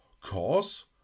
Cause